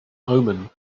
omen